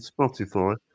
Spotify